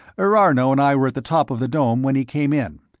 erarno and i were at the top of the dome when he came in.